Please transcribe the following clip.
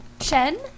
Shen